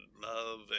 love